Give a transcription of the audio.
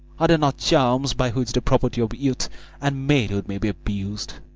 are there not charms by which the property of youth and maidhood may be abused?